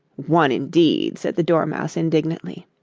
one, indeed said the dormouse indignantly.